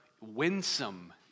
winsome